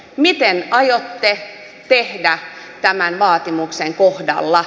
miten aiotte tehdä tämän vaatimuksen kohdalla